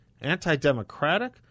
Anti-democratic